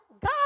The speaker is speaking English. God